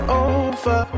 over